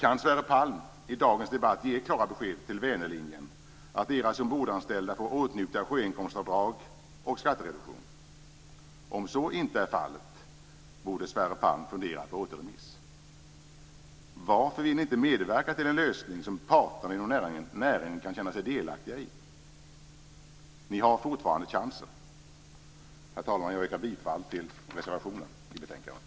Kan Sverre Palm i dagens debatt ge klara besked till rederiet Vänerlinjen om att dess ombordanställda får åtnjuta sjöinkomstavdrag och skattereduktion? Om så inte är fallet borde Sverre Palm fundera på återremiss. Varför vill ni inte medverka till en lösning som parterna inom näringen kan känna sig delaktiga i? Ni har fortfarande chansen. Herr talman! Jag yrkar bifall till reservationen i betänkandet.